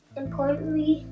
importantly